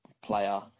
player